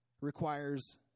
requires